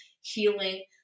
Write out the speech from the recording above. healing